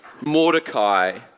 Mordecai